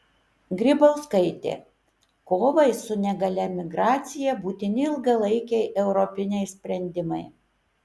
grybauskaitė kovai su nelegalia migracija būtini ilgalaikiai europiniai sprendimai